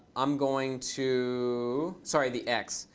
i'm going to sorry. the x.